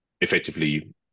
effectively